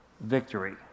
Victory